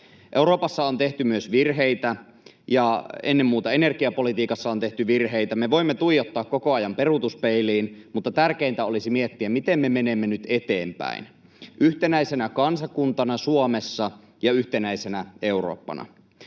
Euroopassa on tehty myös virheitä, ja ennen muuta energiapolitiikassa on tehty virheitä. Me voimme tuijottaa koko ajan peruutuspeiliin, mutta tärkeintä olisi miettiä, miten me menemme nyt eteenpäin yhtenäisenä kansakuntana Suomessa ja yhtenäisenä Eurooppana.